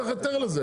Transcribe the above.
צריך היתר לזה.